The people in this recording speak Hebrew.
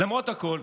למרות הכול,